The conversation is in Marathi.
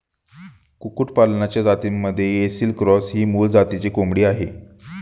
कुक्कुटपालनाच्या जातींमध्ये ऐसिल क्रॉस ही मूळ जातीची कोंबडी आहे